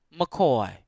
mccoy